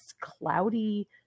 cloudy